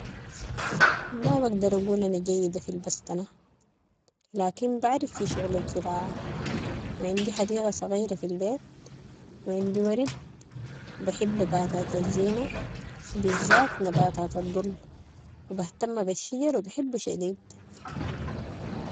ما بقدر اقول انا جيدة في البستنة، لكن بعرف في شغل الزراعة و عندي حديقة صغيرة في البيت و عندي ورد و بحب نباتات الزينة و بالذات نباتات الضل و بهتم بالشجر و بحبو شديد.